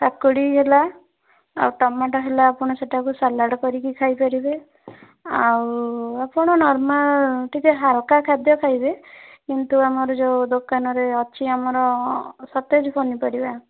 କାକୁଡ଼ି ହେଲା ଆଉ ଟମାଟୋ ହେଲା ଆପଣ ସେଇଟାକୁ ସାଲାଡ଼ କରିକି ଖାଇପାରିବେ ଆଉ ଆପଣ ନର୍ମାଲ ଟିକିଏ ହାଲକା ଖାଦ୍ୟ ଖାଇବେ କିନ୍ତୁ ଆମର ଯେଉଁ ଦୋକାନରେ ଅଛି ଆମର ସତେଜ ପନିପରିବା